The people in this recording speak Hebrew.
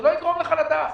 זה לא יגרום לך לדעת.